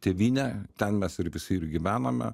tėvynė ten mes ir visi ir gyvename